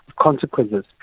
consequences